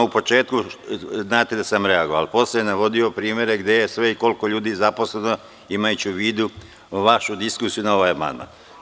U početku znate da sam reagovao, ali posle je navodio primere gde je sve i koliko ljudi zaposleno, imajući u vidu vašu diskusiju na ovaj amandman.